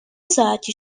ساعتی